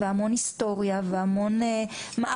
והמון היסטוריה,